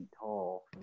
tall